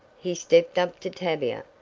he stepped up to tavia,